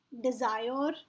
desire